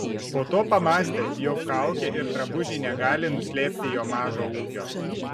po to pamąstė jog kaukė ir drabužiai negali nuslėpti jo mažo ūgio